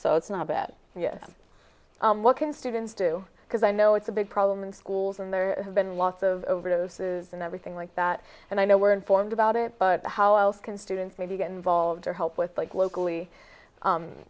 so it's not a bad idea what can students do because i know it's a big problem in schools and there have been lots of overdoses and everything like that and i know we're informed about it but how else can students maybe get involved or help with locally